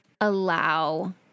allow